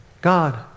God